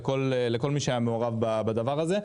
לכל מי שהיה מעורב בדבר הזה.